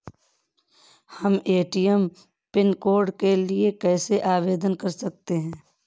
हम ATM PIN code के लिए कैसे आवेदन कर सकते हैं?